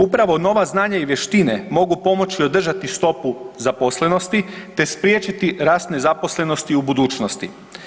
Upravo nova znanja i vještine mogu pomoći održati stopu zaposlenosti te spriječiti rast nezaposlenosti u budućnosti.